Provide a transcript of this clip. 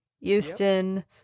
Houston